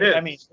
yeah i mean,